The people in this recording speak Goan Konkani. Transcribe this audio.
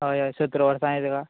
हय हय सतरा वर्सां आहाय ताका